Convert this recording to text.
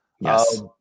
Yes